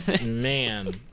man